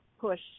push